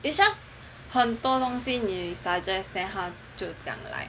is just 很多东西你 suggest then 他就讲 like